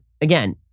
again